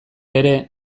ere